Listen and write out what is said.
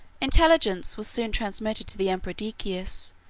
intelligence was soon transmitted to the emperor decius,